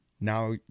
Now